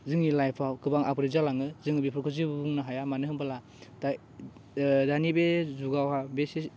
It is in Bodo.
जोंनि लाइभाव गोबां आपग्रेट जालाङो जोङो बेफोरखौ जेबो बुंनो हाया मानो होनबोला दा दानि बे जुगाव बेसे